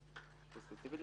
היא לא